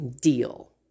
deal